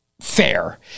fair